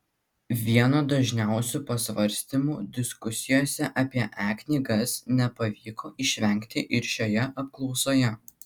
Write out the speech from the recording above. vieno dažniausių pasvarstymų diskusijose apie e knygas nepavyko išvengti ir šioje apklausoje